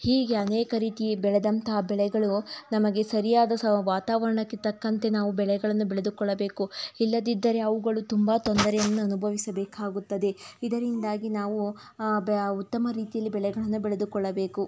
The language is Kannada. ಹೀಗೆ ಅನೇಕ ರೀತಿ ಬೆಳೆದಂತಹ ಬೆಳೆಗಳು ನಮಗೆ ಸರಿಯಾದ ಸ ವಾತಾವರಣಕ್ಕೆ ತಕ್ಕಂತೆ ನಾವು ಬೆಳೆಗಳನ್ನು ಬೆಳೆದುಕೊಳ್ಳಬೇಕು ಇಲ್ಲದಿದ್ದರೆ ಅವುಗಳು ತುಂಬ ತೊಂದರೆಯನ್ನು ಅನುಭವಿಸಬೇಕಾಗುತ್ತದೆ ಇದರಿಂದಾಗಿ ನಾವು ಬ ಉತ್ತಮ ರೀತಿಯಲ್ಲಿ ಬೆಳೆಗಳನ್ನು ಬೆಳೆದುಕೊಳ್ಳಬೇಕು